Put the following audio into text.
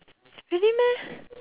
really meh